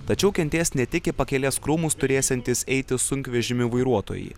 tačiau kentės ne tik į pakelės krūmus turėsiantis eiti sunkvežimių vairuotojai